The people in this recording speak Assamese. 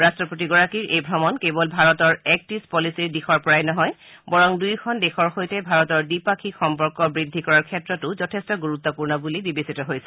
ৰাষ্ট্ৰপতিগৰাকীৰ এই ভ্ৰমণ কেৱল ভাৰতৰ এক্ট ইষ্ট পলিচীৰ দিশৰ পৰাই নহয বৰং দুয়োখন দেশৰ সৈতে ভাৰতৰ দ্বিপাক্ষিক সম্পৰ্ক বৃদ্ধি কৰাৰ ক্ষেত্ৰতো যথেষ্ঠ গুৰুত্পূৰ্ণ বুলি বিবেচিত হৈছে